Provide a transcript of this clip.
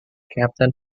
captain